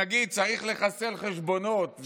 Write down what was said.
שנגיד צריך לחסל חשבונות,